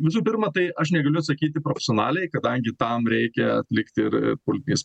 visų pirma tai aš negaliu atsakyti profesionaliai kadangi tam reikia atlikti ir politinės